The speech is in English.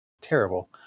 terrible